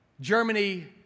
Germany